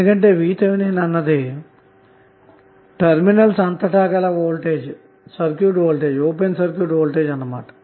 ఎందుకంటేVThఅన్నది terminals అంతటా గల open circuit voltage గనక